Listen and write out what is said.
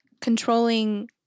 controlling